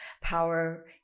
power